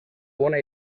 bona